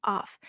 Off